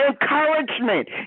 encouragement